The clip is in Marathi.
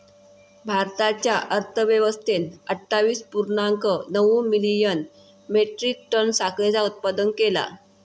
भारताच्या अर्थव्यवस्थेन अट्ठावीस पुर्णांक नऊ मिलियन मेट्रीक टन साखरेचा उत्पादन केला